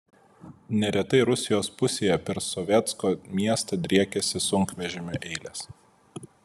neretai rusijos pusėje per sovetsko miestą driekiasi sunkvežimių eilės